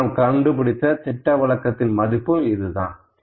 நாம் கண்டுபிடித்த திட்டவிலக்கத்தின் மதிப்பும் இதுதான்